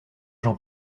jean